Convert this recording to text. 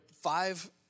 five